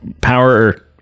power